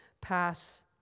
pass